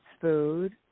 food